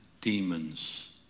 demons